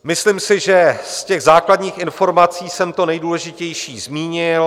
Myslím si, že z těch základních informací jsem to nejdůležitější zmínil.